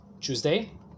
Tuesday